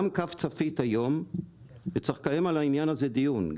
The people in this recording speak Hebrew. גם קו צפית היום וקיים על העניין הזה דיון,